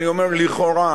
אני אומר לכאורה,